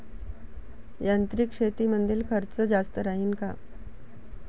यांत्रिक शेतीमंदील खर्च जास्त राहीन का?